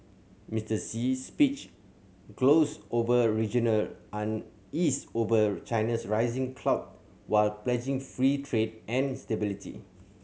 Mister Xi's speech glossed over regional unease over China's rising clout while pledging free trade and stability